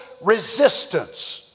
resistance